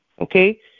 okay